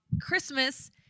Christmas